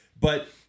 But-